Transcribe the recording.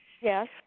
Yes